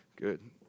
Good